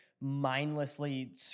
mindlessly